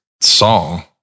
song